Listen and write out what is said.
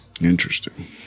Interesting